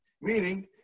Meaning